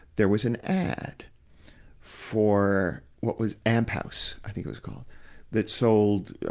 there was an ad for, what was amp house, i think it was called that sold,